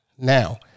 Now